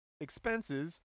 expenses